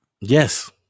Yes